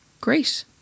Great